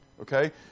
okay